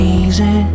easy